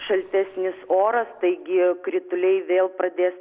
šaltesnis oras taigi krituliai vėl pradės